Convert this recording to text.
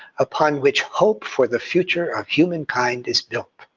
upon which hope for the future of humankind is built.